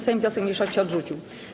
Sejm wniosek mniejszości odrzucił.